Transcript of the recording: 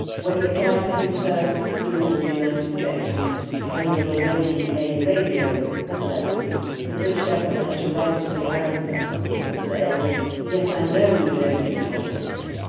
when he applied for his first visa to the united states when he was already a radio celebrity, the british government had to write to the american government and say yes, i know, we know he's a communist,